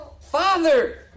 father